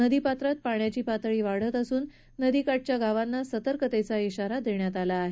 नदीपात्रात पाण्याची पाति वाढत असून नदीकाठच्या गावांना सतर्कतेचा ी शारा देण्यात आला आहे